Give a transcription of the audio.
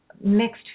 mixed